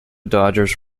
dodgers